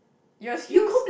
your skills